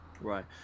Right